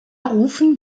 rufen